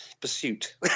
pursuit